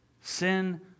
Sin